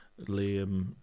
Liam